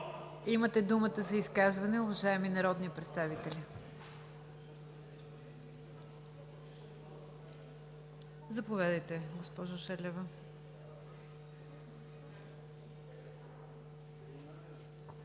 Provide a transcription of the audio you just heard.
Имате думата за изказване, уважаеми народни представители. Заповядайте, госпожо Желева.